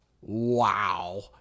Wow